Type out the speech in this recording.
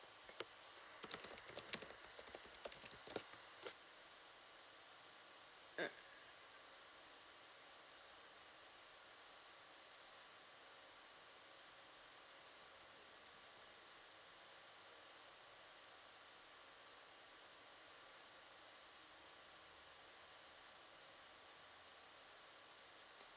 mm